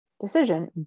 decision